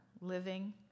living